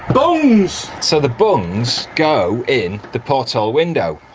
bungs! so the bungs go in the porthole window